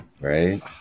Right